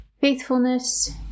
faithfulness